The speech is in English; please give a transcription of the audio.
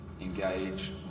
engage